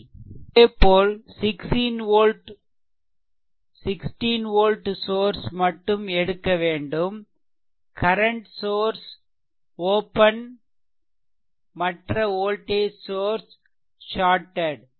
அதேபோல் 16 volt source மட்டும் எடுக்க வேண்டும் கரன்ட் சோர்ஸ் ஓப்பன் மற்ற வோல்டேஜ் சோர்ஸ் ஷார்டெட்